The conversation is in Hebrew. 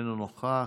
איננו נוכח,